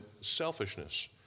selfishness